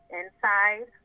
inside